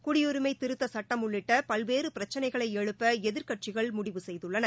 குடியரிமை திருத்த சுட்டம் உள்ளிட்ட பல்வேறு பிரச்சனைகளை எழுப்ப எதிர்க்கட்சிகள் முடிவு செய்துள்ளன